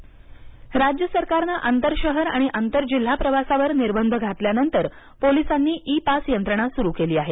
E pass राज्य सरकारनं आंतर शहर आणि आंतर जिल्हा प्रवासावर निर्बंध घातल्यानंतर पोलिसांनी इ पास यंत्रणा सूरू केली आहे